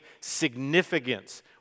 significance